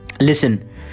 Listen